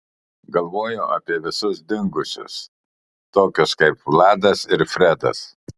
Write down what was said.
galvoju apie visus dingusius tokius kaip vladas ir fredas